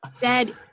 dad